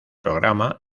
programa